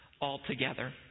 altogether